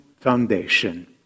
foundation